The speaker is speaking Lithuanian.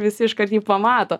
visi iškart jį pamato